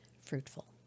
Fruitful